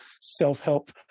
self-help